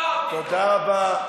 שיתבע אותי, תודה רבה.